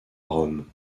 rome